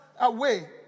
away